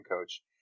coach